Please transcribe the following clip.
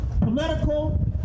political